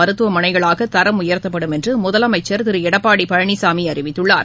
மருத்துவமனைகளாகதரம் உயர்த்தப்படும் என்றுமுதலமைச்சர் திருளடப்பாடிபழனிசாமிஅறிவித்துள்ளார்